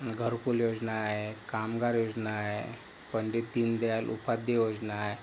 घरकुल योजना आहे कामगार योजना आहे पंडित दीनदयाल उपाध्य योजना आहे